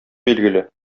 билгеле